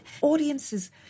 audiences